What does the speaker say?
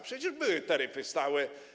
Przecież były taryfy stałe.